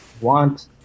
want